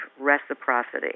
reciprocity